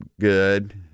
good